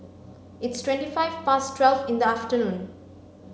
its twenty five past twelve in the afternoon